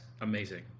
amazing